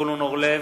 זבולון אורלב,